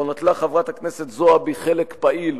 שבו נטלה חברת הכנסת זועבי חלק פעיל,